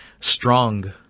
strong